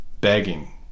begging